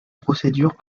procédures